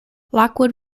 lockwood